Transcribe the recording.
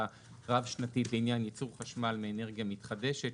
רב שנתית לעניין ייצור חשמל מאנרגיה מתחדשת,